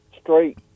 straight